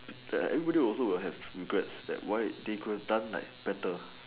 that everybody will also have regrets like why they could have done like better